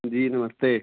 जी नमस्ते